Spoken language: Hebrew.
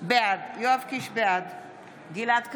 בעד גלעד קריב,